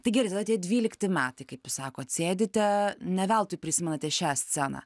tai gerai tada tie dvylikti metai kaip jūs sakot sėdite ne veltui prisimenate šią sceną